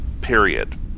Period